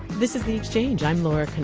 this is the exchange, i'm laura and